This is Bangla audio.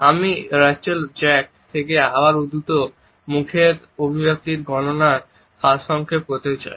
আমি রাচেল জ্যাক থেকে আবার উদ্ধৃত করে মুখের অভিব্যক্তির আলোচনার সারসংক্ষেপ করতে চাই